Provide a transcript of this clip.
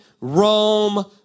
Rome